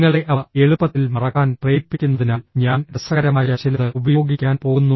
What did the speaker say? നിങ്ങളെ അവ എളുപ്പത്തിൽ മറക്കാൻ പ്രേരിപ്പിക്കുന്നതിനാൽ ഞാൻ രസകരമായ ചിലത് ഉപയോഗിക്കാൻ പോകുന്നു